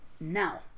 now